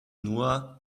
nur